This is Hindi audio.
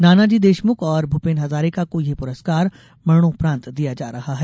नानाजी देशमुख और भूपेन हजारिका को यह प्रस्कार मरणोपरांत दिया जा रहा है